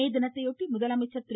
மே தினத்தையொட்டி முதலமைச்சர் திரு